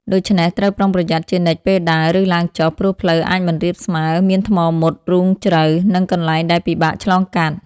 ដូច្នេះ ត្រូវប្រុងប្រយ័ត្នជានិច្ចពេលដើរ ឬឡើងចុះ ព្រោះផ្លូវអាចមិនរាបស្មើ មានថ្មមុត រូងជ្រៅ និងកន្លែងដែលពិបាកឆ្លងកាត់។